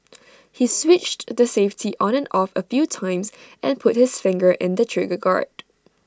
he switched the safety on and off A few times and put his finger in the trigger guard